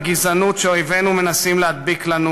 לגזענות שאויבינו מנסים להדביק לנו